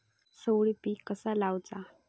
चवळी पीक कसा लावचा?